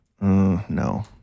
No